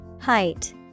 Height